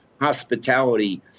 hospitality